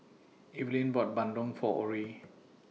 Evaline bought Bandung For Orie